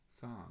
song